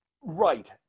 Right